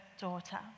daughter